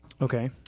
Okay